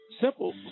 simple